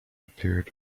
appeared